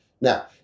Now